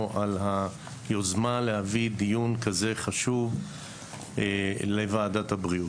על היוזמה להביא דיון כזה חשוב לוועדת הבריאות.